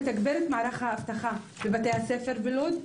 לתגבר את מערך האבטחה בבתי הספר בלוד.